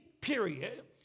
period